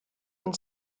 and